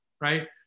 right